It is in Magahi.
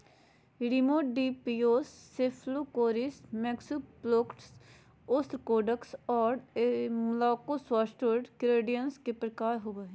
रेमिपेडियोस, सेफलोकारिड्स, मैक्सिलोपोड्स, ओस्त्रकोड्स, और मलाकोस्त्रासेंस, क्रस्टेशियंस के प्रकार होव हइ